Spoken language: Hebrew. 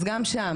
אז גם שם,